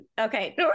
okay